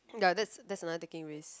ya that's that's another taking risk